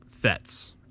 fets